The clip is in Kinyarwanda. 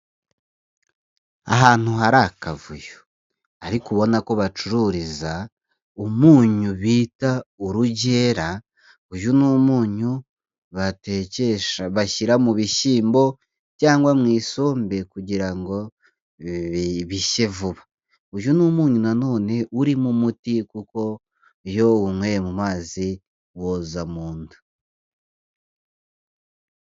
Ahantu hari akavuyo ariko ubona ko bacururiza umunyu bita Urugera, uyu ni umunyu batekesha bashyira mu bishyimbo cyangwa mu isonmbe kugira ngo bishye vuba, uyu ni umunyu nanone urimo umuti kuko iyo uwunyweye mu mazi woza mu nda.